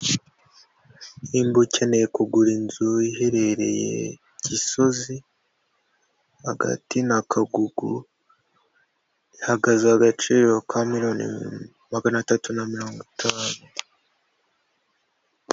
Niba ukeneye kugura inzu iherereye Gisozi hagati na Kagugu ihagaze agaciro ka miliyoni magana atatu na mirongo itanu.